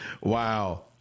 Wow